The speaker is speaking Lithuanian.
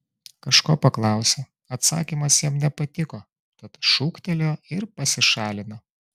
kažko paklausė atsakymas jam nepatiko tad šūktelėjo ir pasišalino